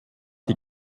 die